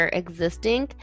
existing